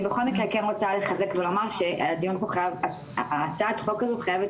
אני בכל מקרה כן רוצה לחזק ולומר שהצעת החוק הזו חייבת